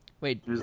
Wait